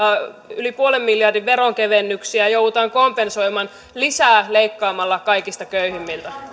yli puolen miljardin veronkevennyksiä joudutaan kompensoimaan leikkaamalla lisää kaikista köyhimmiltä